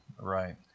Right